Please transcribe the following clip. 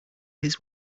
his